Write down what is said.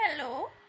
Hello